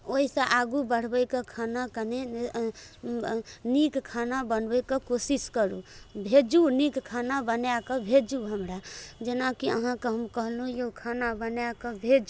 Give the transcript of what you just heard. ओहि सऽ आगू बढबै कऽ खानाके नहि नीक खाना बनबैके कोशिश करू भेजू नीक खाना बनाए कऽ भेजू हमरा जेनाकि अहाँकेॅं हम कहलहुॅं यौ खाना बनाए कऽ भेजू